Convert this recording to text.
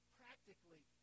practically